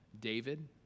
David